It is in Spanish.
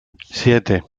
siete